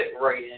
right